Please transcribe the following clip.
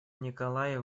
николай